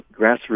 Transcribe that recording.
grassroots